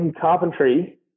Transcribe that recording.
carpentry